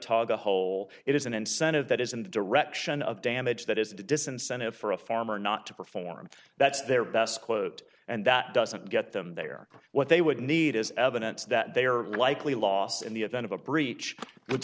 a hole it is an incentive that is in the direction of damage that is a disincentive for a farmer not to perform that's their best quote and that doesn't get them there what they would need is evidence that they are likely lost in the event of a breach would